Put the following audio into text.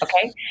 Okay